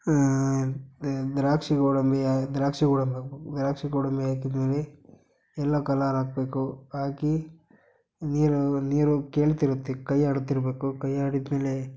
ದ್ ದ್ರಾಕ್ಷಿ ಗೋಡಂಬಿ ದ್ರಾಕ್ಷಿ ಗೋಡಂಬಿ ಹಾಕ್ಬೇಕು ದ್ರಾಕ್ಷಿ ಗೋಡಂಬಿ ಹಾಕಿದ ಮೇಲೆ ಯೆಲ್ಲೊ ಕಲರ್ ಹಾಕಬೇಕು ಹಾಕಿ ನೀರು ನೀರು ಕೇಳ್ತಿರುತ್ತೆ ಕೈ ಆಡ್ತಿರಬೇಕು ಕೈ ಆಡಿದ ಮೇಲೆ